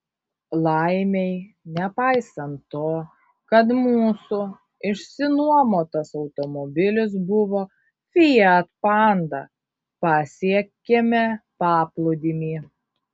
laimei nepaisant to kad mūsų išsinuomotas automobilis buvo fiat panda pasiekėme paplūdimį